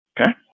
Okay